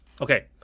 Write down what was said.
Okay